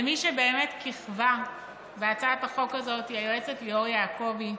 למי שבאמת כיכבה בהצעת החוק הזאת היא היועצת ליאור יעקבי,